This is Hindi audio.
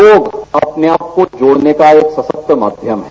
योग अपने आप को जोड़ने का एक सशक्त माध्यम है